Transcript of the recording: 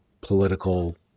political